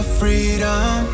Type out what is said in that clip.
freedom